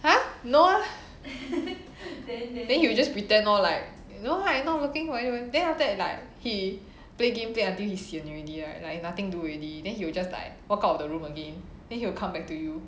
!huh! no lah then he will just pretend lor like no lah I not looking for you then after that like he play game play until he sian already right like nothing do already then he will just like walk out of the room again then he will come back to you